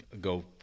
go